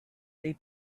they